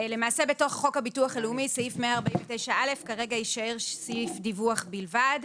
למעשה בתוך חוק הביטוח הלאומי סעיף 149א כרגע יישאר סעיף דיווח בלבד.